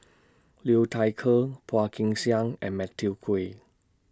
Liu Thai Ker Phua Kin Siang and Matthew Ngui